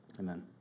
Amen